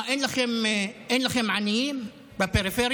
מה, אין לכם עניים בפריפריה?